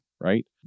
right